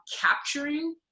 capturing